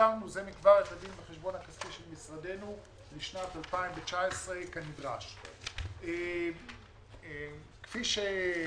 אישרנו זה מכבר את הדין וחשבון הכספי של משרדנו לשנת 2019. כפי שצוין,